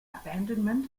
abandonment